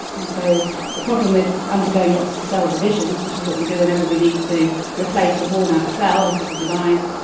and so the problem with undergoing lots of cell divisions, which is what we do whenever we need to replace a worn out cell, we have to divide,